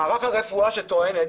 מערך הרפואה לגביו טוענת